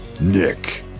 Nick